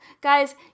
Guys